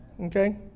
Okay